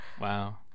Wow